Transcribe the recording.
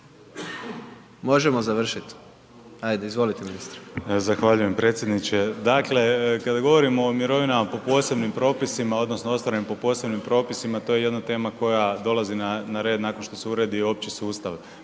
Možemo završit? Ajde, izvolite ministre. **Aladrović, Josip** Zahvaljujem predsjedniče. Dakle, kada govorimo o mirovinama po posebnim propisima odnosno ostvarenim po posebnim propisima to je jedna tema koja dolazi na red nakon što se uredi opći sustav